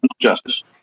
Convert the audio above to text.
justice